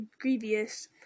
grievous